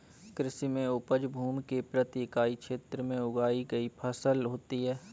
कृषि में उपज भूमि के प्रति इकाई क्षेत्र में उगाई गई फसल होती है